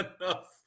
enough